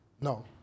No